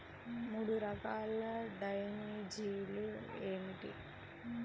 మూడు రకాల డ్రైనేజీలు ఏమిటి?